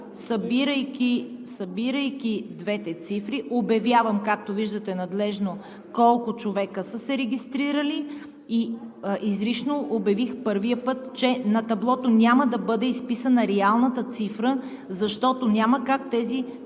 събирайки двете цифри, обявявам, както виждате, надлежно колко човека са се регистрирали. Изрично обявих първия път, че на таблото няма да бъде изписана реалната цифра, защото няма как тези